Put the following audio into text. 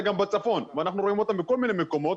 גם בצפון ואנחנו רואים אותה בכל מיני מקומות,